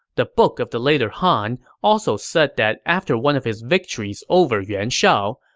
the book of the later han also said that after one of his victories over yuan shao,